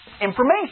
information